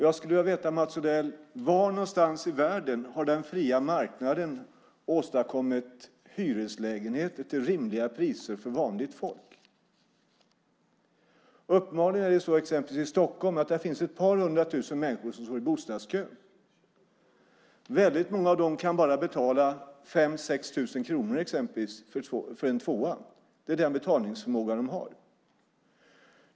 Jag skulle vilja veta, Mats Odell: Var någonstans i världen har den fria marknaden åstadkommit hyreslägenheter till rimliga priser för vanligt folk? Uppenbarligen finns det till exempel i Stockholm ett par hundratusen människor som står i bostadskön. Väldigt många av dem kan betala bara 5 000-6 000 kronor för en tvåa. Det är den betalningsförmåga de har.